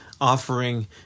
offering